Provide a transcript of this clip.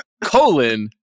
colon